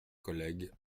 collègue